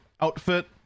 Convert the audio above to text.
outfit